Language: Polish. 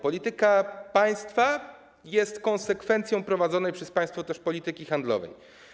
Polityka państwa jest konsekwencją prowadzonej przez państwo polityki handlowej.